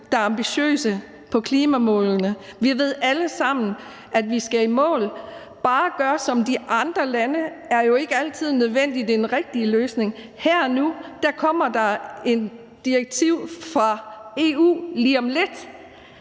der er ambitiøse på klimamålene. Vi ved alle sammen, at vi skal i mål. Bare at gøre som de andre lande er jo ikke altid nødvendigvis den rigtige løsning. Nu kommer der et direktiv fra EU lige om lidt,